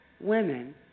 Women